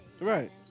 Right